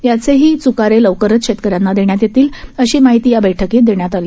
याचेही च्कारे लवकरच शेतकऱ्यांना देण्यात येतील अशी माहिती या बैठकीत देण्यात आली